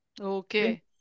Okay